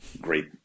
Great